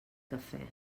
cafè